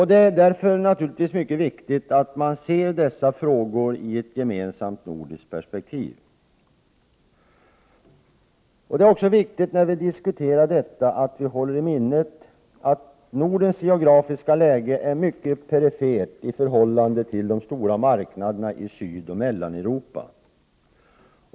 Det är därför mycket viktigt att man ser dessa frågor i ett gemensamt nordiskt perspektiv. När vi diskuterar detta är det viktigt att vi håller i minnnet att Nordens geografiska läge är mycket perifert i förhållande till de stora marknaderna i Sydoch Mellaneuropa.